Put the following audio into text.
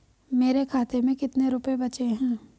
मेरे खाते में कितने रुपये बचे हैं?